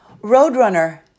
Roadrunner